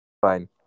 Fine